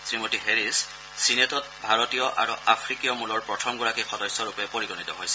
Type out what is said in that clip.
শ্ৰীমতী Harris ছীনেটত ভাৰতীয় আৰু আফ্ৰিকীয় মূলৰ প্ৰথমগৰাকী সদস্য ৰূপে পৰিগণিত হৈছে